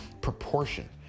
Proportion